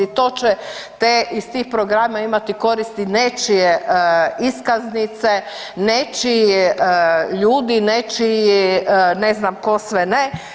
To će te, iz tih programa imati koristi nečije iskaznice, nečiji ljudi, nečiji ne znam tko sve ne.